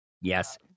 Yes